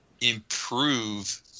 improve